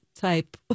type